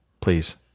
please